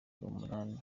umunani